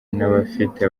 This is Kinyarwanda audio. n’abafite